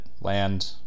land